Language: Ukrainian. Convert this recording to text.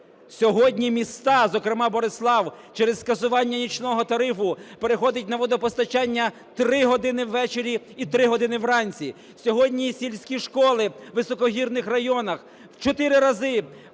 Сьогодні міста, зокрема Борислав, через скасування нічного тарифу переходить на водопостачання 3 години ввечері і 3 години вранці. Сьогодні сільські школи у високогірних районах в чотири